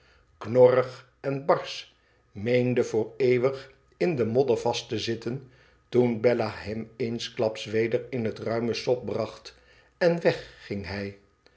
knorrig en barsch meende voor eeuwig in de modder vast te zitten toen bella hem eensklaps weder in het ruime sop bracht en weg ging hij